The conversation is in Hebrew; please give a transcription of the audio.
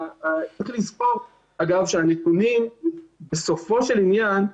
צריך לזכור, אגב, שהנתונים בסופו של עניין,